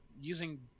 using